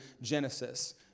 Genesis